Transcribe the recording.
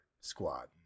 squad